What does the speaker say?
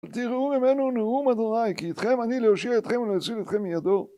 תראו ממנו נאום ה', כי איתכם אני להושיע אתכם ולהציל אתכם מידו